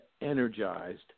energized